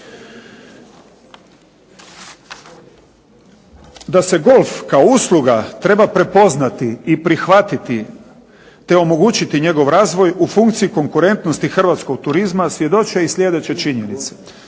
Da se golf kao usluga treba prepoznati i prihvatiti te omogućiti njegov razvoj u funkciji konkurentnosti hrvatskog turizma svjedoče i sljedeće činjenice.